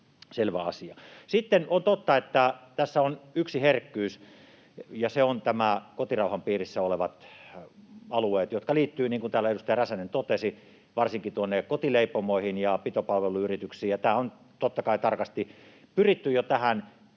selvä asia. Sitten on totta, että tässä on yksi herkkyys, ja se on nämä kotirauhan piirissä olevat alueet, jotka liittyvät, niin kuin täällä edustaja Räsänen totesi, varsinkin tuonne kotileipomoihin ja pitopalveluyrityksiin, ja tämä on totta kai tarkasti pyritty jo tähän